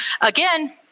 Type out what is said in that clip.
Again